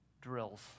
drills